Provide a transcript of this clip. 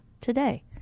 today